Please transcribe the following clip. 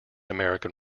american